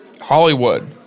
Hollywood